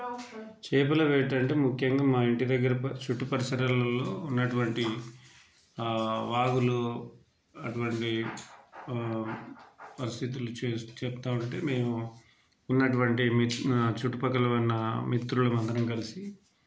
చేపల వేట అంటే ముఖ్యంగా మా ఇంటి దగ్గర చుట్టూ పరిసరాలలో ఉన్నటువంటి వాగులు అటువంటి పరిస్థితులు చెప్తూ ఉంటే మేము ఉన్నటువంటి మి చుట్టుపక్కల ఉన్న మిత్రులం అందరం కలిసి